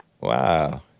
Wow